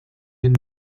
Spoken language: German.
den